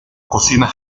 cocina